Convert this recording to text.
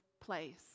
place